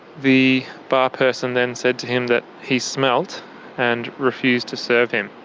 the bar person then said to him that he smelt and refused to serve him.